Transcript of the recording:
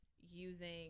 using